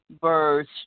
verse